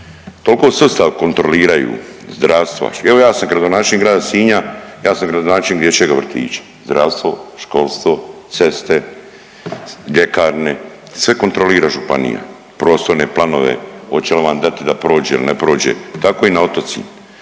toliko sustav kontroliraju zdravstva, evo ja sam gradonačelnik Grada Sinja. Ja sam gradonačelnik dječjega vrtića, zdravstvo, školstvo, ceste, ljekarne, sve kontrolira županija, prostorne planove, oće li nam dati da prođe ili ne prođe, tako je i na otocima.